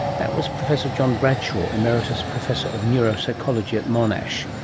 that was professor john bradshaw, emeritus professor of neuropsychology at monash